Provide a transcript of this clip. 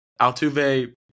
Altuve